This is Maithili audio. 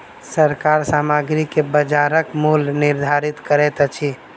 सरकार सामग्री के बजारक मूल्य निर्धारित करैत अछि